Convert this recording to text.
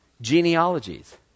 genealogies